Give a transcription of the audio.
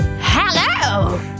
hello